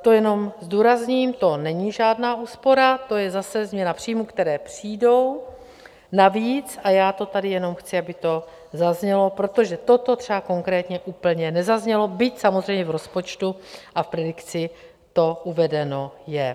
To jenom zdůrazním, to není žádná úspora, to je zase změna příjmů, které přijdou navíc, a já jenom chci, aby to tady zaznělo, protože třeba toto konkrétně úplně nezaznělo, byť samozřejmě v rozpočtu a v predikci to uvedeno je.